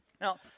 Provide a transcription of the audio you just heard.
Now